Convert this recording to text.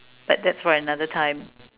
that that's for another time